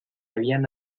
habían